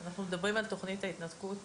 אנחנו מדברים על תוכנית ההתנתקות